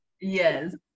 Yes